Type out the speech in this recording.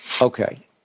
Okay